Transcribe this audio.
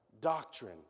doctrine